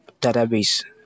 database